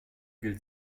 gilt